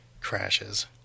crashes